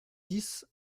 dix